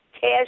Cash